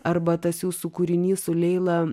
arba tas jūsų kūrinys su leila